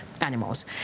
animals